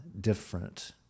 different